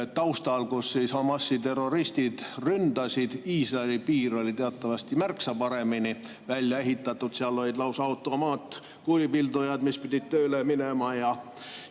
taustal, kus Hamasi terroristid Iisraeli ründasid. Iisraeli piir oli teatavasti märksa paremini välja ehitatud, seal olid lausa automaatkuulipildujad, mis pidid tööle minema.